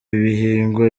bihingwa